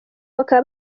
bakaba